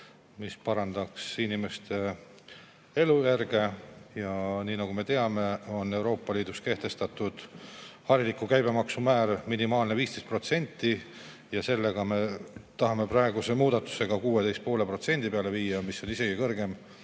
mis parandaks inimeste elujärge. Nii nagu me teame, on Euroopa Liidus kehtestatud harilik käibemaksumäär minimaalselt 15%. Me tahame praeguse muudatusega selle 16,5% peale viia, mis on isegi kõrgem